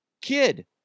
Kid